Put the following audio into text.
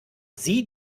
sie